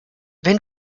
wenn